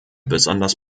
besonders